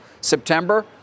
September